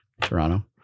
Toronto